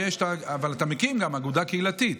אבל אתה גם מקים אגודה קהילתית.